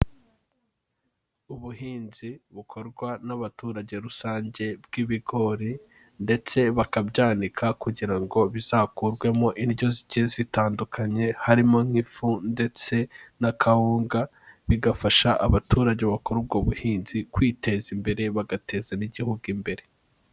Ubuhinzi bukorwa n'abaturage rusange bw'ibigori ndetse bakabyanika kugira ngo bizakurwemo indyo zigiye zitandukanye, harimo nk'ifu ndetse na kawunga, bigafasha abaturage bakora ubwo buhinzi kwiteza imbere bagateza n'Igihugu imbere.